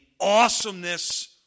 awesomeness